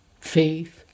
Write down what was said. faith